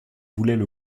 voulaient